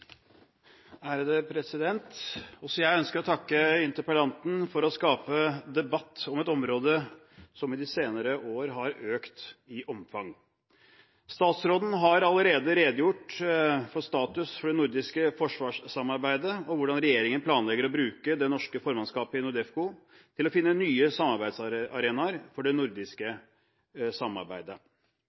jeg ønsker å takke interpellanten for å skape debatt om et område som i de senere år har økt i omfang. Statsråden har allerede redegjort for status for det nordiske forsvarssamarbeidet og hvordan regjeringen planlegger å bruke det norske formannskapet i NORDEFCO til å finne nye samarbeidsarenaer for det nordiske samarbeidet.